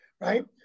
right